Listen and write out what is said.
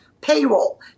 payroll